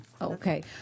Okay